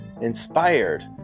inspired